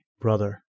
brother